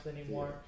anymore